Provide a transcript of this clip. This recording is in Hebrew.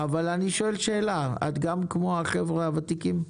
אבל אני שואל שאלה, את גם כמו החבר'ה הוותיקים?